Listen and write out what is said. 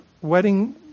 wedding